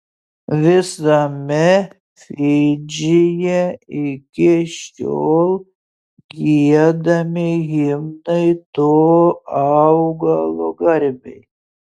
visame fidžyje iki šiol giedami himnai to augalo garbei